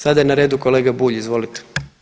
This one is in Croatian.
Sada je na redu kolega Bulj, izvolite.